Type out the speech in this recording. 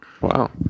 Wow